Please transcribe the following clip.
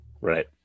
Right